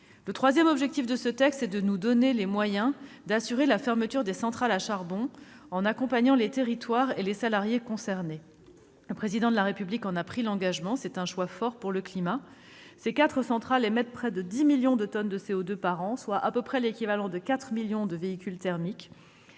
Le troisième objectif de ce texte est de nous donner les moyens d'assurer la fermeture des centrales à charbon en accompagnant les territoires et les salariés concernés. Le Président de la République en a pris l'engagement. C'est un choix fort pour le climat. Ces quatre centrales émettent près de 10 millions de tonnes de CO2 par an, soit à peu près l'équivalent de 4 millions de véhicules thermiques.